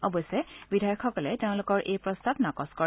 অৱশ্যে বিধায়কসকলে তেওঁলোকৰ এই প্ৰস্তাৱ নাকচ কৰে